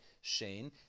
Shane